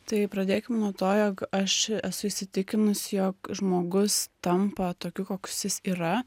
tai pradėkim nuo to jog aš esu įsitikinusi jog žmogus tampa tokiu koks jis yra